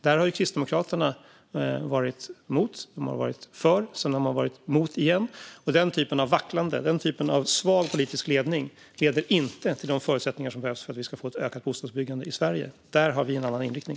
Detta har Kristdemokraterna varit emot, sedan för och sedan emot igen, och sådant vacklande och sådan svag politisk ledning ger inte de förutsättningar som behövs för att vi ska få ett ökat bostadsbyggande i Sverige. Här har vi en annan inriktning.